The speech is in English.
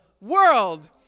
world